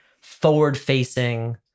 forward-facing